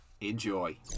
Enjoy